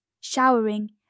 showering